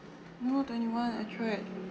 no twenty-one I tried